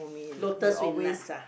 lotus with nuts ah